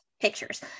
pictures